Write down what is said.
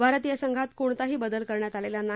भारतीय संघात कोणताही बदल करण्यात आलेला नाही